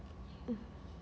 mm